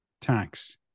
tax